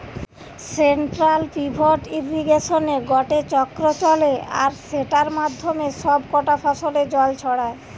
central pivot ইর্রিগেশনে গটে চক্র চলে আর সেটার মাধ্যমে সব কটা ফসলে জল ছড়ায়